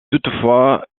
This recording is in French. toutefois